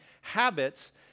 habits